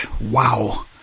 Wow